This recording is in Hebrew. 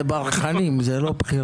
זה ברחנים, זה לא בכירים.